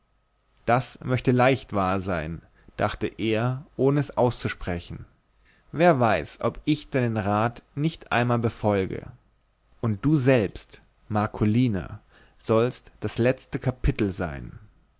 das möchte leicht wahr sein dachte er ohne es auszusprechen wer weiß ob ich deinen rat nicht einmal befolge und du selbst marcolina sollst das letzte kapitel sein